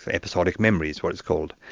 ah episodic memory is what it's called.